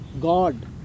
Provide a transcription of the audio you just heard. God